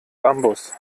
bambus